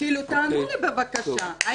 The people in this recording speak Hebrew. תענו לי, בבקשה.